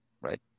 right